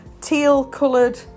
Teal-coloured